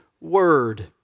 word